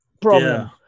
problem